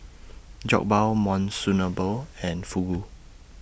Jokbal Monsunabe and Fugu